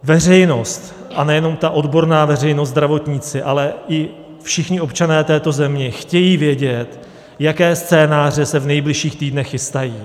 Veřejnost, a nejenom ta odborná veřejnost, zdravotníci, ale i všichni občané této země chtějí vědět, jaké scénáře se v nejbližších týdnech chystají.